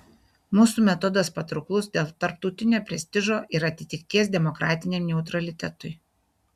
mūsų metodas patrauklus dėl tarptautinio prestižo ir atitikties demokratiniam neutralitetui